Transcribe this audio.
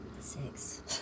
Six